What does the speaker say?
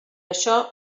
això